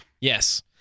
Yes